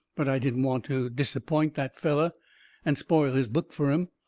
but i didn't want to disappoint that feller and spoil his book fur him.